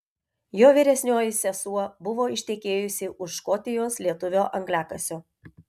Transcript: jo vyresnioji sesuo buvo ištekėjusi už škotijos lietuvio angliakasio